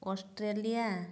Australia